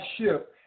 ship